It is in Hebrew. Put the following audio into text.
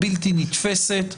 בלתי נתפסת,